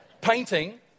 painting